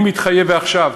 אני מתחייב, ועכשיו: